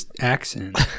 accent